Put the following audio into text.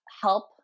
help